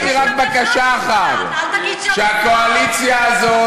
יש לי רק בקשה אחת: שהקואליציה הזאת,